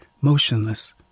motionless